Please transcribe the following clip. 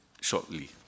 shortly